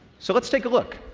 so let's take a look.